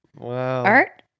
Art